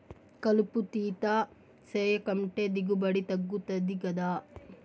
కలుపు తీత సేయకంటే దిగుబడి తగ్గుతది గదా